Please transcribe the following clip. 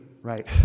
right